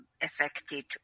affected